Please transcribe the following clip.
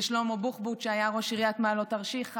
ושלמה בוחבוט שהיה ראש עיריית מעלות-תרשיחא,